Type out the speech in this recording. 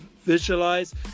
visualize